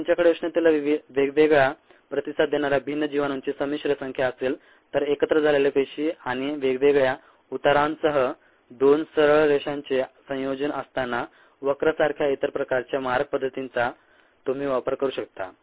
जर तुमच्याकडे उष्णतेला वेगवेगळा प्रतिसाद देणाऱ्या भिन्न जिवाणूंची संमिश्र संख्या असेल तर एकत्र झालेल्या पेशी आणि वेगवेगळ्या उतारांसह 2 सरळ रेषांचे संयोजन असताना वक्र सारख्या इतर प्रकारच्या मारक पद्धतींचा तुम्ही वापर करू शकता